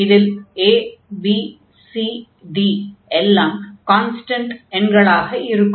இதில் a bc d எல்லாம் constant எண்களாக இருக்கும்